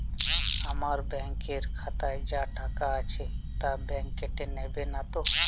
আমার ব্যাঙ্ক এর খাতায় যা টাকা আছে তা বাংক কেটে নেবে নাতো?